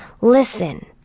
Listen